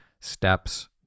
steps